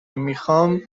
میخوام